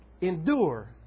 endure